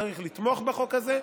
צריך לתמוך בחוק הזה.